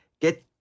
get